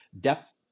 depth